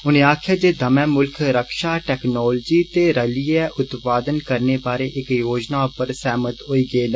उनें आक्खेआ जे दमै मुल्ख रक्षा टैक्नॉलोजी ते रलिये उत्पादन करने बारे इक योजना पर सहमत होई गे न